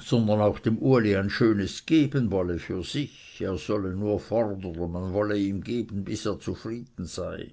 sondern auch dem uli ein schönes geben wolle für sich er solle nur fordern man wolle ihm geben bis er zufrieden sei